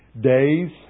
days